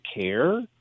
care